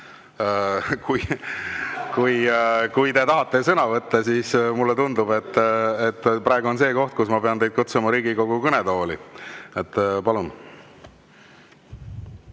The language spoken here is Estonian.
kui te tahate sõna võtta, siis mulle tundub, et praegu on see koht, kus ma pean teid kutsuma Riigikogu kõnetooli. Palun!